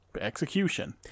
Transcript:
Execution